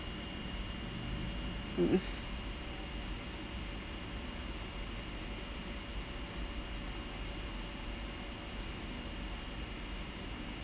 mm